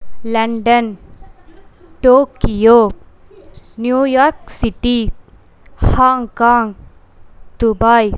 London Tokyo New York city Hong Kong Dubai